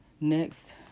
Next